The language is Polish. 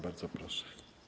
Bardzo proszę.